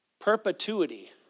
perpetuity